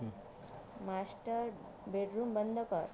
master bedroom बंद कर